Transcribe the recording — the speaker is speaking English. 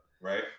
Right